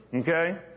okay